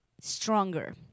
stronger